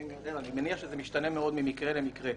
אני מניח שזה משתנה מאוד ממקרה למקרה.